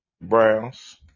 Browns